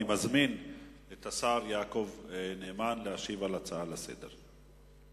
אני מזמין את השר יעקב נאמן להשיב על ההצעה לסדר-היום.